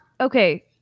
okay